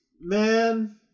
Man